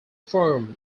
firm